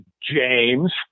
James